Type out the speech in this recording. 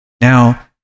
Now